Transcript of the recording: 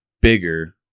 bigger